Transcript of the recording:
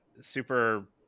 super